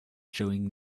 showing